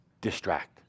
distract